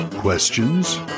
Questions